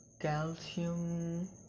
calcium